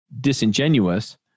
disingenuous